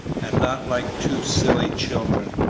and not like two silly children,